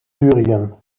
syrien